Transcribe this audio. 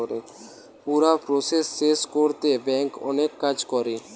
পুরা প্রসেস শেষ কোরতে ব্যাংক অনেক কাজ করে